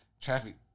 Traffic